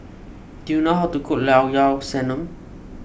do you know how to cook Llao Llao Sanum